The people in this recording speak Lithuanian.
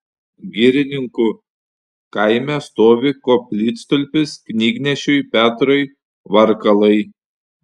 girininkų kaime stovi koplytstulpis knygnešiui petrui varkalai